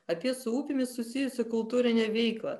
apie su upėmis susijusią kultūrinę veiklą